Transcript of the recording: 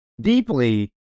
deeply